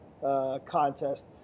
contest